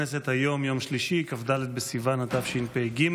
היום יום שלישי כ"ד בסיוון התשפ"ג,